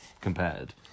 compared